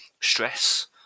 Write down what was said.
stress